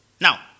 Now